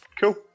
cool